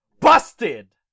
busted